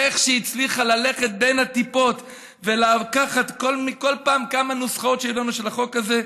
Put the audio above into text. איך היא הצליחה ללכת בין הטיפות ולקחת כל פעם כמה נוסחאות של החוק הזה,